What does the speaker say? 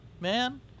man